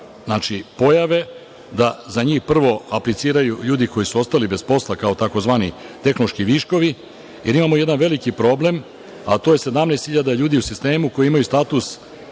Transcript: znači pojave da za njih prvo apliciraju ljudi koji su ostali bez posla, kao tzv. tehnološki viškovi, jer imamo jedan veliki problem, a to je 17.000 ljudi u sistemu koji imaju status